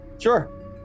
Sure